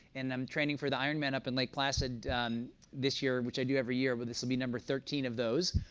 and i'm training for the iron man up in lake placid this year, which i do every year, but this will be number thirteen of those.